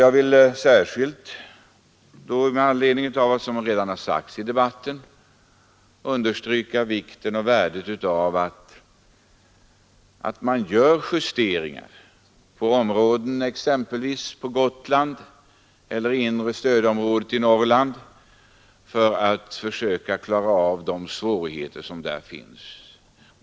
Jag vill särskilt med anledning av vad som redan sagts i debatten understryka vikten och värdet av att man gör justeringar på vissa områden, exempelvis på Gotland eller inom inre stödområdet i Norrland, för att försöka komma till rätta med de svårigheter som där finns.